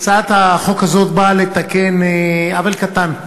הצעת החוק הזאת באה לתקן עוול קטן,